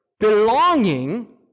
belonging